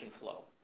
flow